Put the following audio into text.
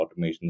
automations